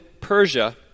Persia